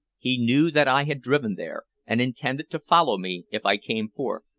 he knew that i had driven there, and intended to follow me if i came forth.